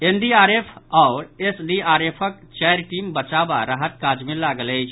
NDRF आओर एसडीआरएफक चारि टीम बचाव आ राहत काज मे लागल अछि